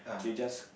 they just